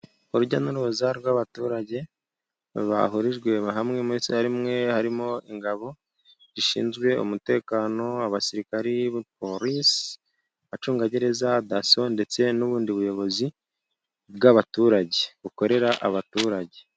Urujya n'uruza rw'abaturage bahurijwe hamwe muri sale imwe, harimo ingabo zishinzwe umutekano ,abasirikare, police, abacungagereza daso ndetse n'ubundi buyobozi bw'abaturage bukorera abaturage.